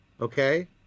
Okay